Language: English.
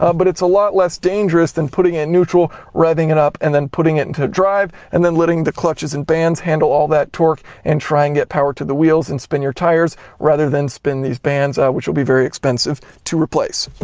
but it's a lot less dangerous than putting it in neutral revving it up and then putting it into drive, and then letting the clutches and bands handle all that torque, and trying to get power to the wheels and spin your tires, rather than spin these bands, ah which will be very expensive to replace.